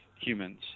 humans